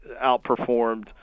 outperformed